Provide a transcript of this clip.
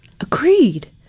Agreed